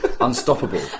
Unstoppable